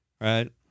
right